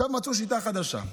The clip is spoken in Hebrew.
עכשיו מצאו שיטה חדשה,